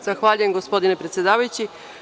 Zahvaljujem, gospodine predsedavajući.